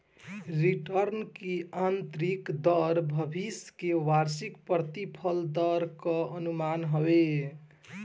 return की आतंरिक दर भविष्य के वार्षिक प्रतिफल दर कअ अनुमान हवे